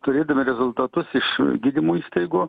turėdami rezultatus iš gydymo įstaigų